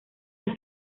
los